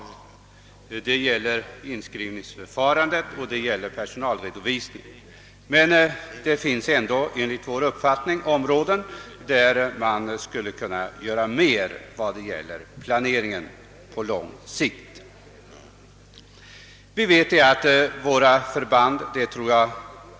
Bl. a. vill jag peka på inskrivningsförfarandet och personalredovisningen. Men det finns ändå enligt vår uppfattning områden, på vilka man skulle kunna göra mera i fråga om rationalisering och planering på lång sikt.